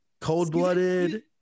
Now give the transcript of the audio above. cold-blooded